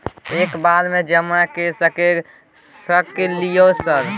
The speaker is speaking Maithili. एक बार में जमा कर सके सकलियै सर?